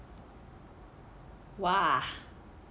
!wah!